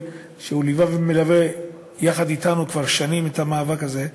והוא ליווה ומלווה יחד אתנו כבר שנים את המאבק הזה.